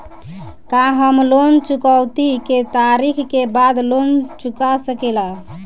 का हम लोन चुकौती के तारीख के बाद लोन चूका सकेला?